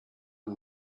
and